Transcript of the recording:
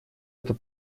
это